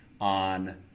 on